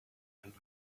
and